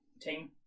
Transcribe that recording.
team